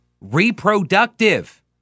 Reproductive